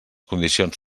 condicions